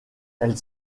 elle